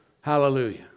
Hallelujah